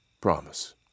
Promise